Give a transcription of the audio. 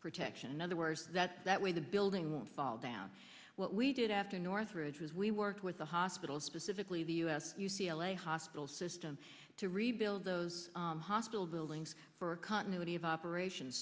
protection in other words that's that way the building won't fall down what we did after northridge was we worked with the hospital specifically the u s u c l a hospital system to rebuild those hospital buildings for continuity of operation